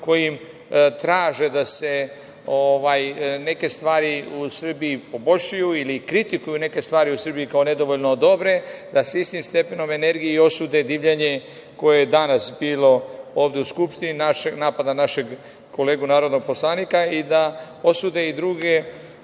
kojim traže da se neke stvari u Srbiji poboljšaju ili kritikuju neke stvari u Srbiji kao nedovoljno dobre, da se istim stepenom energije i osude divljanje koje je danas bilo ovde u Skupštini, napad na našeg kolegu narodnog poslanika i da osude i druge